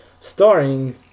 starring